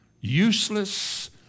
Useless